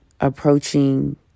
approaching